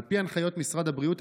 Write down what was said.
על פי הנחיות משרד הבריאות,